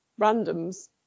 randoms